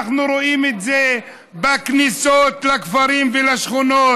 אנחנו רואים את זה בכניסות לכפרים ולשכונות,